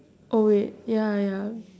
oh wait ya ya